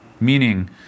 meaning